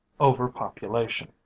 overpopulation